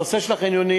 הנושא של החניונים,